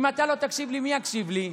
אם אתה לא תקשיב לי, מי יקשיב לי?